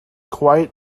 quite